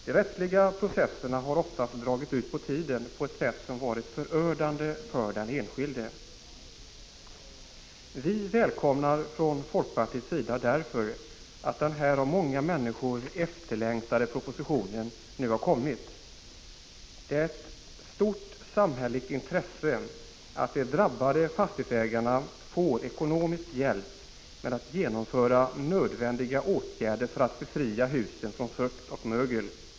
De rättsliga processerna har ofta dragit ut på tiden, på ett sätt som varit förödande för den enskilde. Vi välkomnar från folkpartiets sida därför att den här av många människor efterlängtade propositionen nu har kommit. Det är ett stort samhälleligt intresse att de drabbade fastighetsägarna får ekonomisk hjälp med att genomföra nödvändiga åtgärder för att befria husen från fukt och mögel.